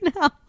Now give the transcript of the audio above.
now